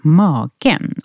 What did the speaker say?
magen